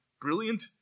brilliant